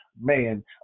man